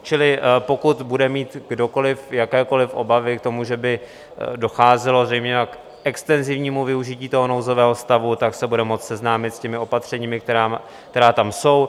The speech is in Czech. Čili pokud bude mít kdokoliv jakékoliv obavy k tomu, že by docházelo zejména k extenzivnímu využití toho nouzového stavu, tak se bude moci seznámit s těmi opatřeními, která tam jsou.